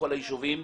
בכל היישובים,